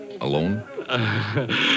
alone